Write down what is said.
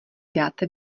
dáte